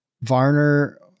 Varner